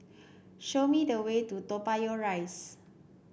show me the way to Toa Payoh Rise